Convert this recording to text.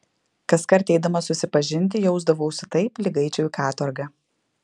kaskart eidamas susipažinti jausdavausi taip lyg eičiau į katorgą